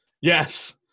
yes